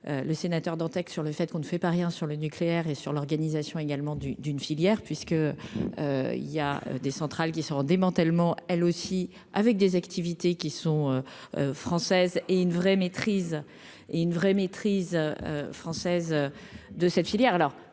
le Sénateur, Dantec sur le fait qu'on ne fait pas rien sur le nucléaire et sur l'organisation également du d'une filière puisque il y a des centrales qui seront démantèlement elle aussi avec des activités qui sont. Française et une vraie maîtrise et une vraie maîtrise française de cette filière